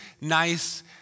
nice